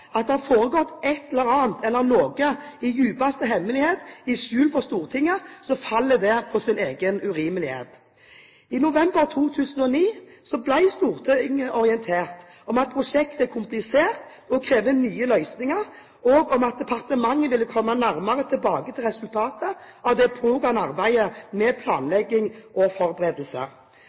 at det har foregått et eller annet i dypeste hemmelighet, i skjul for Stortinget, faller det på sin egen urimelighet. I november 2009 ble Stortinget orientert om at prosjektet er komplisert og krever nye løsninger, og om at departementet ville komme nærmere tilbake til resultatet av det pågående arbeidet med planlegging og forberedelse.